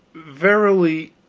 verily,